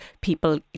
People